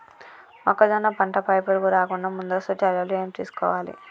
మొక్కజొన్న పంట పై పురుగు రాకుండా ముందస్తు చర్యలు ఏం తీసుకోవాలి?